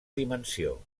dimensió